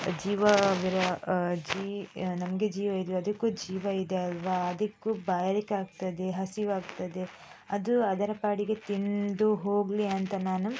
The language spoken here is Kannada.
ಜೀವವಿರುವ ಜಿ ನಮಗೆ ಜೀವ ಇದೆ ಅದಕ್ಕೂ ಜೀವ ಇದೆ ಅಲ್ಲವಾ ಅದಕ್ಕೂ ಬಾಯಾರಿಕೆ ಆಗ್ತದೆ ಹಸಿವು ಆಗ್ತದೆ ಅದು ಅದರ ಪಾಡಿಗೆ ತಿಂದು ಹೋಗಲಿ ಅಂತ ನಾನು